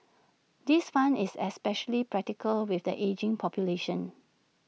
this fund is especially practical with an ageing population